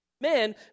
men